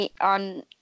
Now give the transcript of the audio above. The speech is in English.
On